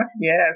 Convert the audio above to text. yes